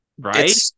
Right